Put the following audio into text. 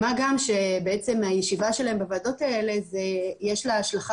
מה גם שהישיבה שלהם בוועדות האלה יש לה השלכה